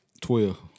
Twelve